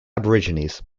aborigines